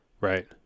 Right